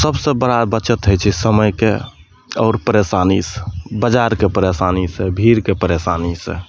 सबसे बड़ा बचत होइ छै समयके आओर परेशानीसऽ बजारके परेशानीसॅं भीड़के परेशानीसॅं